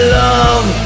love